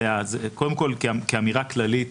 קודם כל, כאמירה כללית,